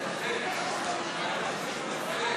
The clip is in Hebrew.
אי-אמון בממשלה לא נתקבלה.